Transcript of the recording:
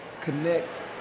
connect